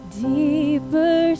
deeper